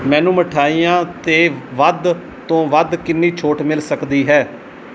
ਮੈਨੂੰ ਮਿਠਾਈਆਂ 'ਤੇ ਵੱਧ ਤੋਂ ਵੱਧ ਕਿੰਨੀ ਛੋਟ ਮਿਲ ਸਕਦੀ ਹੈ